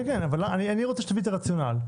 אני רוצה להבין את הרציונל,